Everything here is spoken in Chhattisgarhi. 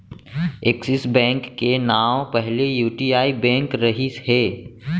एक्सिस बेंक के नांव पहिली यूटीआई बेंक रहिस हे